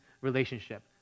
relationship